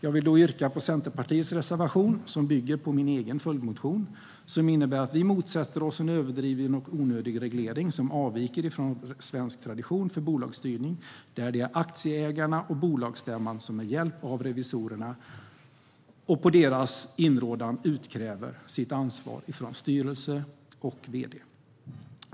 Jag vill därför yrka bifall till Centerpartiets reservation, som bygger på min egen följdmotion och innebär att vi motsätter oss en överdriven och onödig reglering som avviker från svensk tradition för bolagsstyrning, där det är aktieägarna och bolagsstämman som med hjälp av revisorerna - och på deras inrådan - utkräver ansvar av styrelse och vd.